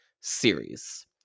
series